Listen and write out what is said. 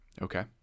Okay